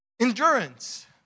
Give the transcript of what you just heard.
endurance